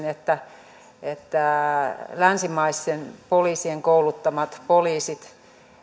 että että länsimaisten poliisien kouluttamat poliisit